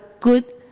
good